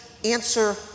Answer